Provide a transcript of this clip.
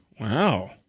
Wow